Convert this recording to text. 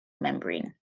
membrane